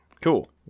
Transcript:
Cool